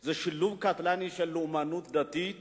זה שילוב קטלני של לאומנות דתית